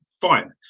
fine